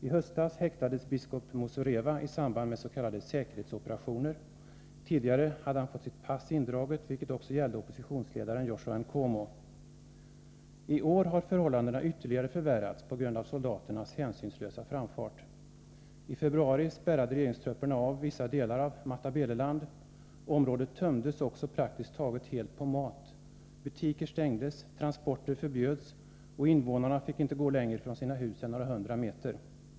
I höstas häktades biskop Muzorewa i samband med s.k. säkerhetsoperationer. Tidigare hade han fått sitt pass indraget, vilket också gällde oppositionsledaren Joshua Nkomo. I år har förhållandena ytterligare förvärrats på grund av soldaternas hänsynslösa framfart. I februari spärrade regeringstrupperna av vissa delar av Matabeleland. Området tömdes praktiskt taget helt på mat. Butiker stängdes. Transporter förbjöds. Invånarna fick inte gå längre bort från sina hus än några hundra meter.